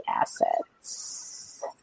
assets